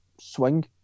swing